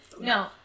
No